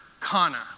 kana